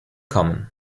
common